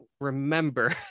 remember